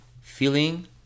Feeling